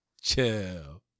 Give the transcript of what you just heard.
Chill